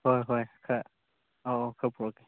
ꯍꯣꯏ ꯍꯣꯏ ꯈꯔ ꯑꯧ ꯑꯧ ꯈꯔ ꯄꯨꯔꯛꯀꯦ